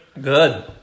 Good